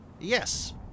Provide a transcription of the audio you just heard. Yes